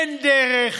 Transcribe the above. אין דרך,